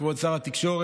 כבוד שר התקשורת,